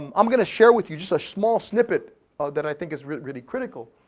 i'm gonna share with you just a small snippet that i think is really really critical.